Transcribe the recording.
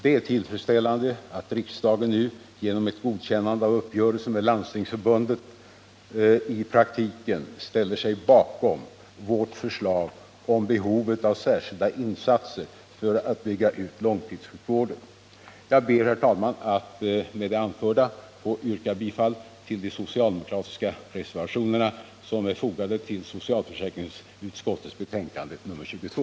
Det är tillfredsställande att riksdagen nu genom ett godkännande av uppgörelsen med Landstingsförbundet i praktiken ställer sig bakom vårt förslag om särskilda insatser för att bygga ut långtidssjukvården. Jag ber med det anförda att få yrka bifall till de socialdemokratiska reservationer som är fogade till socialförsäkringsutskottets betänkande nr 22.